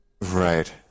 Right